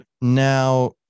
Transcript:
now